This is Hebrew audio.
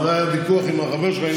זה היה הוויכוח עם החבר שלך פה, הוא